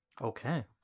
Okay